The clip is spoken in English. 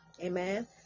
amen